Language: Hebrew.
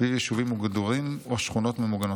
סביב יישובים מגודרים או שכונת ממוגנות.